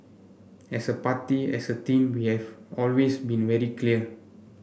as a party as a team always been very clear